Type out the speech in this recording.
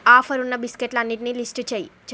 offer ఉన్న బిస్కెట్లు అన్నిటినీ లిస్టు చెయ్ చెప్